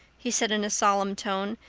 he said in a solemn tone,